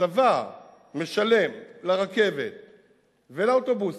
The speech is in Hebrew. הצבא משלם לרכבת ולאוטובוסים.